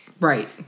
Right